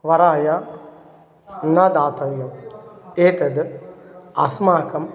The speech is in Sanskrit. वराय न दातव्यम् एषा अस्माकम्